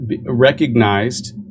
recognized